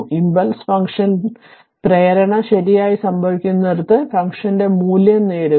impulse function പ്രേരണ ശരിയായി സംഭവിക്കുന്നിടത്ത് ഫംഗ്ഷന്റെ മൂല്യം നേടുക